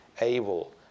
able